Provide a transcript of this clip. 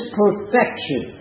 perfection